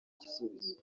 igisubizo